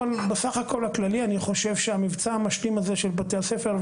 אבל בסך הכול הכללי אני חושב שהמבצע המשלים הזה של בתי הספר,